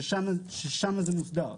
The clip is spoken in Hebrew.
ששם זה מוסדר,